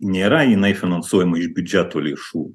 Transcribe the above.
nėra jinai finansuojama iš biudžeto lėšų